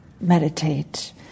meditate